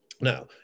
Now